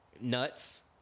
Nuts